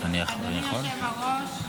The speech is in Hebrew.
אדוני היושב-ראש,